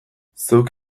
zeuk